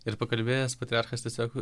ir pakalbėjęs patriarchas tiesiog